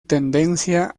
tendencia